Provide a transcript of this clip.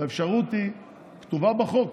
האפשרות כתובה בחוק,